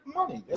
money